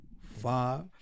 five